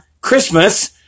Christmas